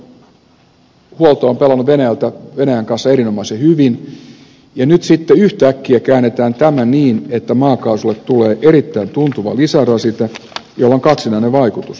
meiltä maakaasuhuolto on pelannut venäjän kanssa erinomaisen hyvin ja nyt sitten yhtäkkiä käännetään tämä niin että maakaasulle tulee erittäin tuntuva lisärasite jolla on kaksinainen vaikutus